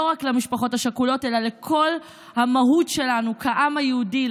לא רק למשפחות השכולות אלא לכל המהות שלנו כעם היהודי,